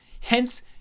Hence